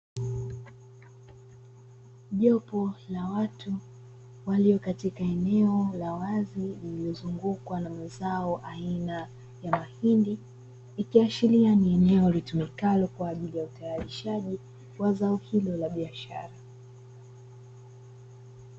Jopo la watu walio katika eneo la wazi lililozungukwa na mazao aina ya mahindi ikiashiria ni eneo litumikalo kwa ajili ya utayarishaji wa zao hilo la biashara.